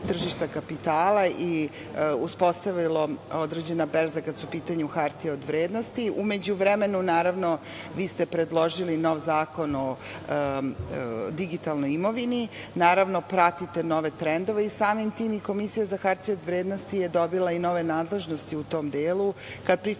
tržišta kapitala i uspostavila određena berza kada su u pitanju hartije od vrednosti.U međuvremenu naravno vi ste predložili nov Zakon o digitalnoj imovini. Naravno, pratite nove trendove i samim tim i Komisija za hartije od vrednosti je dobila nove nadležnosti u tom delu kad pričamo